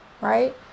Right